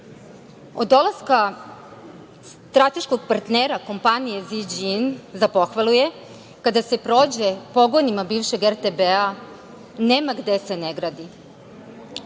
Od dolaska strateškog partnera kompanije „Ziđin“ za pohvalu je to što kada se prođe pogonima bivšeg RTB-a nema gde se ne gradi.